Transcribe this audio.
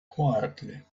quietly